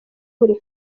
buri